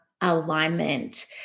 alignment